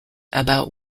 about